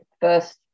first